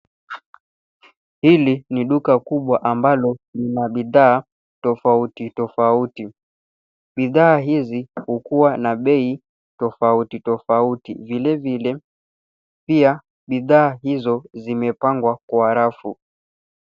Hili ni duka kubwa ambalo lina bidhaa tofauti tofauti. Bidhaa hizi hukua na bei tofauti tofauti. Vile vile pia bidhaa hizo zimepangwa kwa rafu.